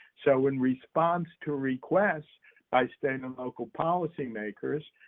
so in response to a request by state and local policy-makers